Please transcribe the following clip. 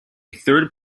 third